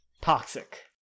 Toxic